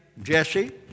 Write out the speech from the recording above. Jesse